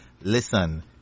listen